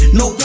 no